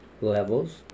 levels